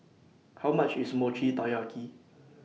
How much IS Mochi Taiyaki